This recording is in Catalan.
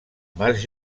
mas